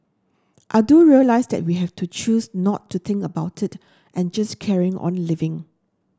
I do realise that we have to choose not to think about it and just carry on living